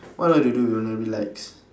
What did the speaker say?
what I like to do when I relax